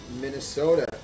Minnesota